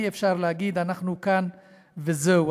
אי-אפשר להגיד "אנחנו כאן" וזהו.